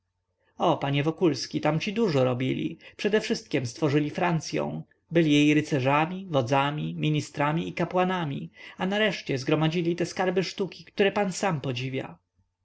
o panie wokulski tamci dużo robili przedewszystkiem stworzyli francyą byli jej rycerzami wodzami ministrami i kapłanami a nareszcie zgromadzili te skarby sztuki które pan sam podziwia